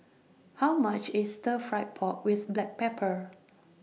How much IS Stir Fry Pork with Black Pepper